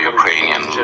Ukrainian